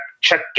check